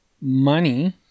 money